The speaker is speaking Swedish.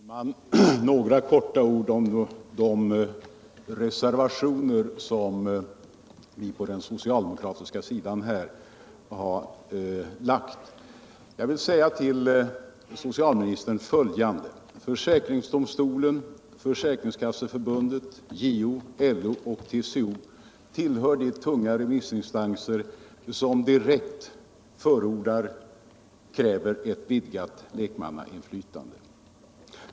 Herr talman! Jag vill bara säga några få ord om de reservationer som vi socialdemokrater har fogat till utskottsbetänkandet. Till socialministern vill jag säga följande. Försäkringsdomstolen, Försäkringskasseförbundet, JO, LO och TCO tillhör de tunga remissinstanser som direkt kräver ett vidgat lekmannainflytande.